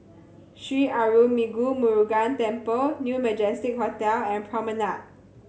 Sri Arulmigu Murugan Temple New Majestic Hotel and Promenade